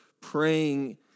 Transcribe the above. praying